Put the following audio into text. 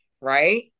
right